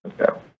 Okay